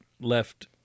left